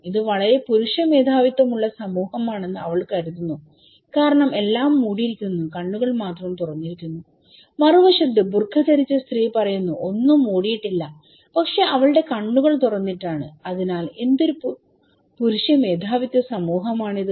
ഇത് വളരെ പുരുഷ മേധാവിത്വമുള്ള സമൂഹമാണെന്ന് അവൾ കരുതുന്നു കാരണം എല്ലാം മൂടിയിരിക്കുന്നു കണ്ണുകൾ മാത്രം തുറന്നിരിക്കുന്നു മറുവശത്ത് ബുർക്ക ധരിച്ച സ്ത്രീ പറയുന്നു ഒന്നും മൂടിയിട്ടില്ല പക്ഷെ അവളുടെ കണ്ണുകൾ തുറന്നിട്ടാണ് അതിനാൽ എന്തൊരു പുരുഷ മേധാവിത്വ സമൂഹമാണിത്